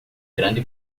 grande